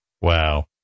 Wow